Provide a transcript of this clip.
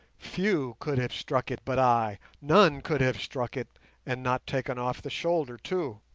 few could have struck it but i none could have struck it and not taken off the shoulder too.